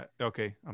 okay